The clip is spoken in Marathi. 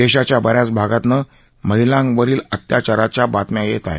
देशाच्या ब याच भागातनं महिलांवरील अत्याचारांच्या बातम्या येत आहेत